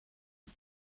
ond